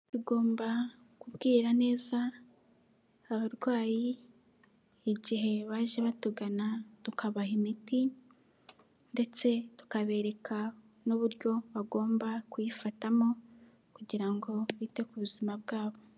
Tugomba kubwira neza abarwayi igihe baje batugana tukabaha imiti ndetse tukabereka n'uburyo bagomba kuyifatamo kugira ngo bite ku buzima bwabo.